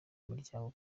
muryango